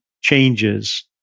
changes